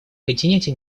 континенте